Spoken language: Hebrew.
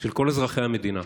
של כל אזרחי המדינה,